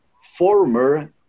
former